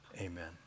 Amen